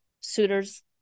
suitors